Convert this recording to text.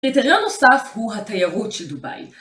יתרון נוסף הוא התיירות של דובאי.